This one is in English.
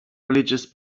religious